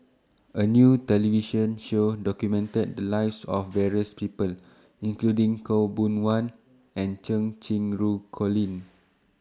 A New television Show documented The Lives of various People including Khaw Boon Wan and Cheng Colin